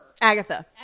Agatha